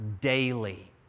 daily